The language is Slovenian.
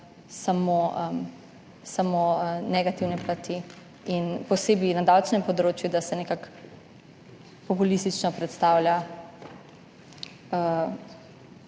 samo negativne plati in da se še posebej na davčnem področju nekako populistično predstavlja,